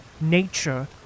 nature